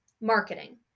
marketing